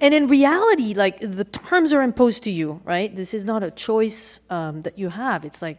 and in reality like the terms are imposed to you right this is not a choice that you have it's like